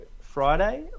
Friday